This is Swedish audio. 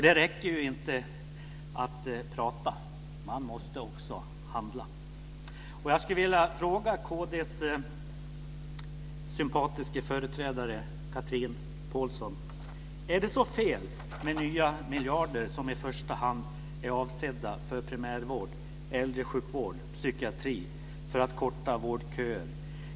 Det räcker inte att prata. Man måste också handla. Chatrine Pålsson: Är det så fel med nya miljarder som i första hand är avsedda för primärvård, äldresjukvård, psykiatri och för att korta vårdköer?